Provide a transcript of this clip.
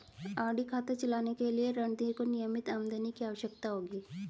RD खाता चलाने के लिए रणधीर को नियमित आमदनी की आवश्यकता होगी